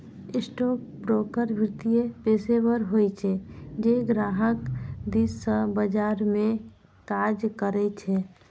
stockbroker वित्तीय पेशेवर होइ छै, जे ग्राहक दिस सं बाजार मे काज करै छै